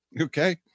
Okay